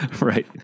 Right